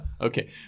okay